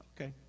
okay